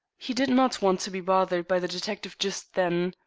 he did not want to be bothered by the detective just then.